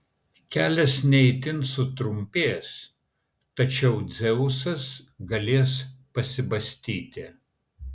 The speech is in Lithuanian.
kelias ne itin sutrumpės tačiau dzeusas galės pasibastyti